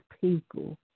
people